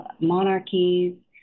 monarchies